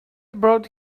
brought